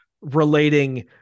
relating